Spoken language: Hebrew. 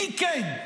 מי כן?